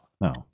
no